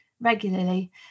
regularly